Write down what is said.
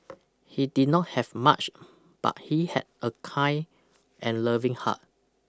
he did not have much but he had a kind and loving heart